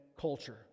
culture